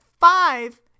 five